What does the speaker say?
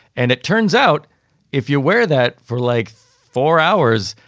and it turns out if you wear that for like four hours,